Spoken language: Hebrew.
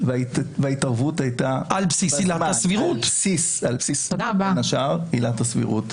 ההתערבות הייתה בין השאר על בסיס עילת הסבירות.